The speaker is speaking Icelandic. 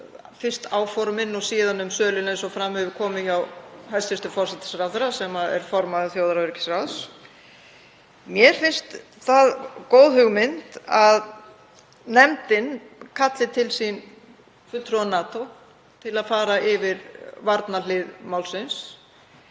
um áformin og síðan um söluna, eins og fram hefur komið hjá hæstv. forsætisráðherra, sem er formaður þjóðaröryggisráðs. Mér finnst það góð hugmynd að nefndin kalli til sín fulltrúa NATO til að fara yfir varnarhlið málsins.